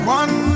one